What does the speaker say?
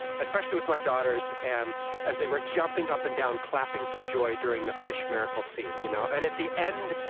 especially with my daughters. and as they were jumping up and down clapping for joy during the fish miracle scene, you know, and at the end,